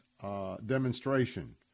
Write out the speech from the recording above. demonstration